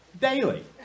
daily